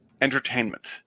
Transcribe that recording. Entertainment